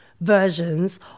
versions